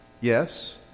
yes